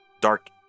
dark